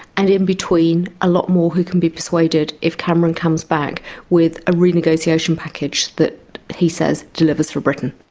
and in between a lot more who could be persuaded if cameron comes back with a renegotiation package that he says delivers for britain.